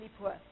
poor